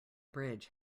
bridge